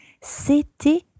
C'était